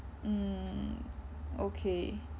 mm okay